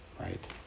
Right